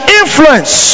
influence